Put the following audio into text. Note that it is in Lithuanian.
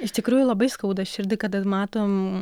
iš tikrųjų labai skauda širdį kada matom